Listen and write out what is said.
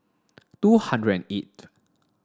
two hundred and eighth